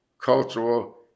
Cultural